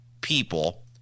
people